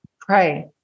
pray